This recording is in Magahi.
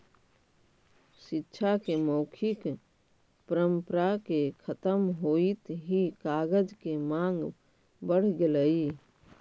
शिक्षा के मौखिक परम्परा के खत्म होइत ही कागज के माँग बढ़ गेलइ